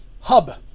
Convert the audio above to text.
hub